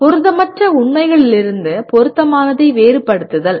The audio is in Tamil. பொருத்தமற்ற உண்மைகளிலிருந்து பொருத்தமானதை வேறுபடுத்துதல்